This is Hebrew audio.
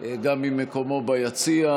גם ממקומו ביציע.